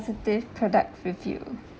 positive product review